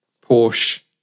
Porsche